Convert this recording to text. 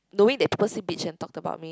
knowing they purposely bitch and talked about me